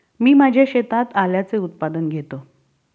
मी माझ्या शेतात आल्याचे उत्पादन घेतो